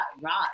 Rod